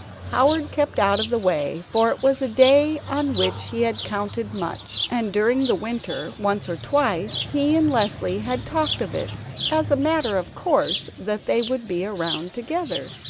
howard kept out of the way, for it was a day on which he had counted much, and during the winter once or twice he and leslie had talked of it as a matter of course that they would be around together.